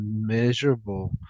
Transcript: miserable